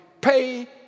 pay